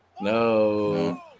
No